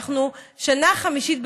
אנחנו שנה חמישית בבצורת.